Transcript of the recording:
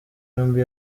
yombi